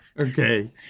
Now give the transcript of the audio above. Okay